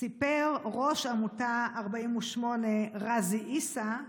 סיפר ראש עמותה 48, ע'אזי עיסא,